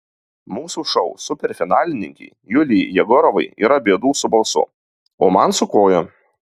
mūsų šou superfinalininkei julijai jegorovai yra bėdų su balsu o man su koja